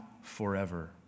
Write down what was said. forever